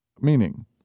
meaning